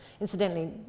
Incidentally